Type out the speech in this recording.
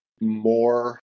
more